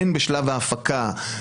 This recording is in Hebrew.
הן בשלב ההפקה,